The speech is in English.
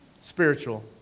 Spiritual